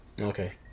Okay